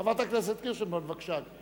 חברת הכנסת קירשנבאום, בבקשה.